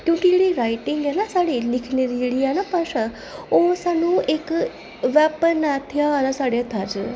क्योंकि जेह्ड़ी राइटिंग ऐ ना साढ़ी लिखने दी जेह्ड़ी ऐ ना भाशा ओह् स्हान्नूं इक वैपन थेहार ऐ साढ़े हत्थै च